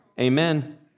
amen